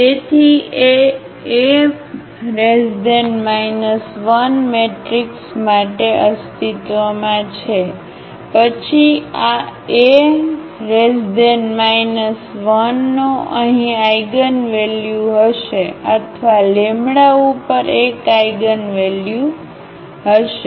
તેથી એ A 1 matrix માટે અસ્તિત્વમાં છે પછી આ A 1નો અહીં આઇગનવેલ્યુ હશે અથવા λ ઉપર એક આઇગનવેલ્યુ હશે